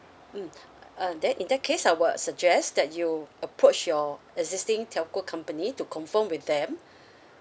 mm uh then in that case I would suggest that you approach your existing telco company to confirm with them